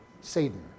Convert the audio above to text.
Satan